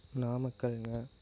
நாமக்கல்ங்க